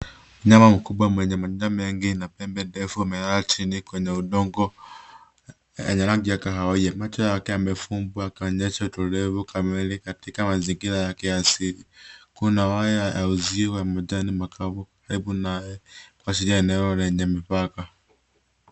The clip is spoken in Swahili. Nyama mkubwa mwenye manyama mengi na pembe ndefu amelala chini kwenye udongo wenye rangi ya kahawia. Macho yake yamefumbwa akionyesha utulivu kamili katika mazingira yake ya asili. Kuna waya ya uzio wa majani makavu karibu naye kuashiria eneo lenye mipaka.